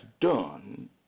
done